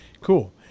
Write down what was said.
Cool